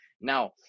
Now